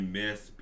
miss